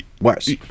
worse